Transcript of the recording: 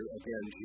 again